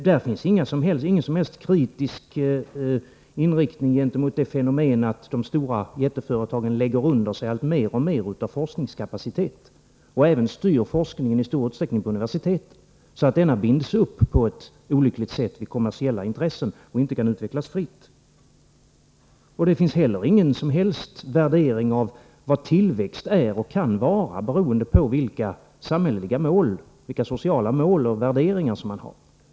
Där finns ingen som helst kritisk inriktning gentemot det fenomenet att de stora jätteföretagen lägger under sig mer och mer av forskningskapaciteten och även i stor utsträckning styr forskningen på universiteten, så att denna binds upp på ett olyckligt sätt vid kommersiella intressen och inte kan utvecklas fritt. Det finns heller ingen som helst värdering av vad tillväxt är och kan vara beroende på vilka samhälleliga mål, sociala mål och värderingar man har.